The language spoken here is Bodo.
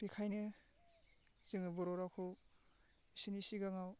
बेखायनो जोङो बर' रावखौ बिसिनि सिगाङाव